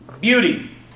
Beauty